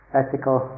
ethical